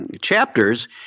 chapters